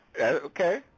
Okay